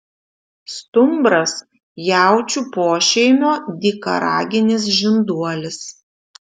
stumbras jaučių pošeimio dykaraginis žinduolis